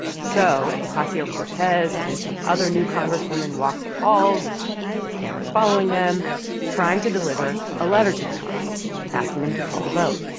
so ocasio-cortez and some other new congresswomen walked the halls with cameras following, them trying to deliver a letter to mcconnell asking him to call the vote